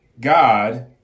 God